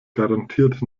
garantiert